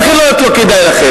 ומכל הבחינות לא כדאי לכם.